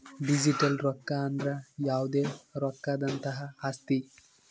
digital ರೊಕ್ಕ ಅಂದ್ರ ಯಾವ್ದೇ ರೊಕ್ಕದಂತಹ ಆಸ್ತಿ